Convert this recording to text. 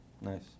Nice